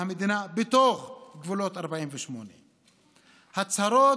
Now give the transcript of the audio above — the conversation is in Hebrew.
והמדינה בתוך גבולות 1948. ההצהרות